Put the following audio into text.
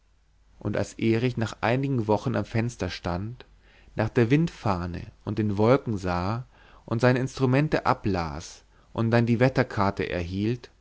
und als erich nach einigen wochen am fenster stand nach der windfahne und den wolken sah und seine instrumente ablas und dann die wetterkarte